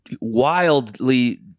wildly